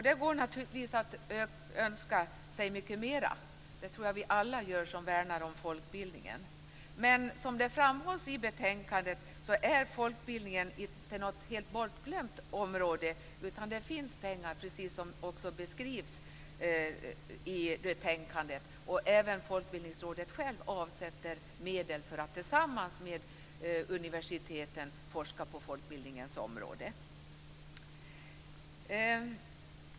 Det går naturligtvis att önska sig mycket mera - jag tror att vi alla som värnar om folkbildningen gör det. Men folkbildningen är inte något helt bortglömt område, som framhålls i betänkandet, utan det finns pengar. Även Folkbildningsrådet avsätter självt medel för att tillsammans med universiteten forska på folkbildningens område.